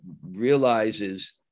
realizes